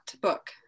book